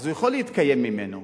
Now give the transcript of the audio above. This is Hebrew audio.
הוא יכול להתקיים ממנו.